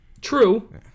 True